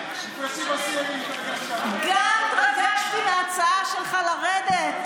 גם התרגשתי מההצעה שלך לרדת,